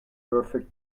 perfect